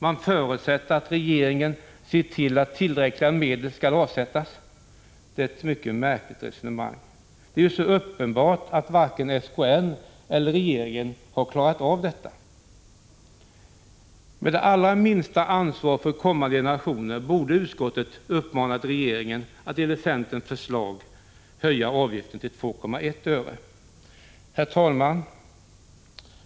Man förutsätter att regeringen ser till att tillräckliga medel skall avsättas. Det är ett märkvärdigt resonemang. Det är ju uppenbart att varken SKN eller regeringen har klarat av detta. Med det allra minsta ansvar för kommande generationer borde utskottet ha uppmanat regeringen att enligt centerns förslag höja avgiften till 2,1 öre. Herr talman!